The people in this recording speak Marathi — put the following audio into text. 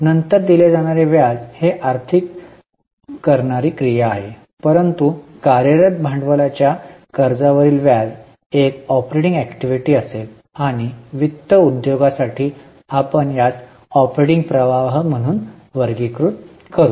नंतर दिले जाणारे व्याज हे आर्थिक करणारी क्रिया आहे परंतु कार्यरत भांडवलाच्या कर्जावरील व्याज एक ऑपरेटिंग ऍक्टिव्हिटी असेल आणि वित्त उद्योगासाठी आपण यास ऑपरेटिंग प्रवाह म्हणून वर्गीकृत करू